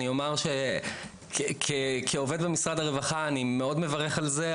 אני אומר שכעובד במשרד הרווחה אני מאוד מברך על זה.